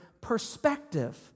perspective